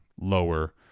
lower